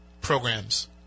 programs